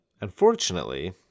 unfortunately